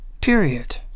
Period